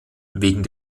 wegen